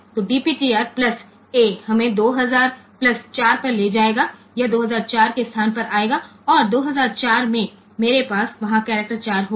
तो डीपीटीआर प्लसA हमें 2 हजार प्लस 4 पर ले जाएगा यह 2004 के स्थान पर आएगा और 2004 में मेरे पास वहां करैक्टर 4 होगा